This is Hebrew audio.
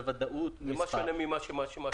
בוודאות מספר --- ובמה זה שונה ממה שאמרתי?